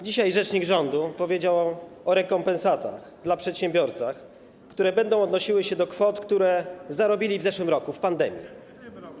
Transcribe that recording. Dzisiaj rzecznik rządu powiedział o rekompensatach dla przedsiębiorców, które będą odnosiły się do kwot, które zarobili w zeszłym roku, w czasie pandemii.